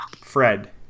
Fred